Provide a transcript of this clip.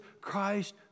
Christ